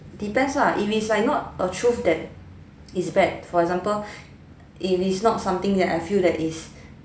depends lah if it's like not a truth that is bad for example it is not something that I feel that is